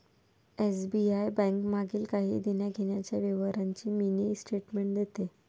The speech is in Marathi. एस.बी.आय बैंक मागील काही देण्याघेण्याच्या व्यवहारांची मिनी स्टेटमेंट देते